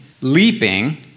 leaping